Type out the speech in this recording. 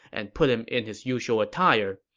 and put him in his usual attire.